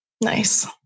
Nice